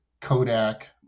kodak